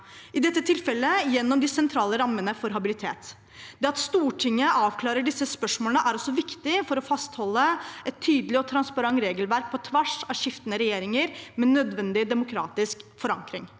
i dette tilfellet gjennom de sentrale rammene for habilitet. Det at Stortinget avklarer disse spørsmålene, er også viktig for å fastholde et tydelig og transparent regelverk på tvers av skiftende regjeringer med nødvendig demokratisk forankring.